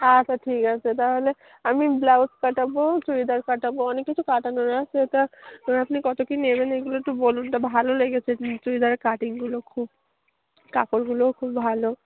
আচ্ছা ঠিক আছে তাহলে আমি ব্লাউজ কাটাবো চুড়িদার কাটাবো অনেক কিছু কাটানোর আছে তা সেটা আপনি কতো কি নেবেন এগুলো একটু বলুনটা ভালো লেগেছে চুড়িদারের কাটিংগুলো খুব কাপড়গুলোও খুব ভালো